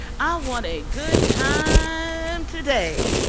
i want a good time today.